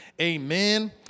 Amen